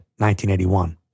1981